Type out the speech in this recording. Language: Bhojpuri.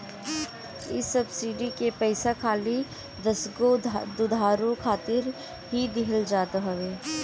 इ सब्सिडी के पईसा खाली दसगो दुधारू खातिर ही दिहल जात हवे